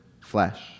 flesh